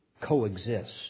coexist